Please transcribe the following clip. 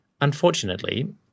Unfortunately